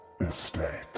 Estate